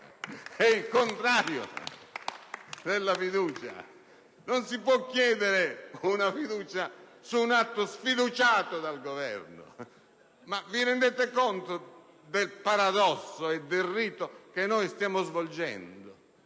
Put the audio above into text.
È il contrario della fiducia! Non si può chiedere una fiducia su un atto sfiduciato dal Governo! Vi rendete conto del paradosso e del rito che stiamo svolgendo